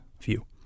view